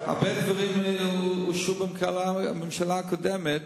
הרבה דברים אושרו בממשלה הקודמת,